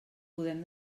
podem